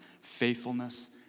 faithfulness